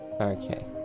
Okay